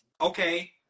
okay